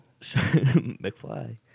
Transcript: McFly